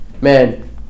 man